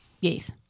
Yes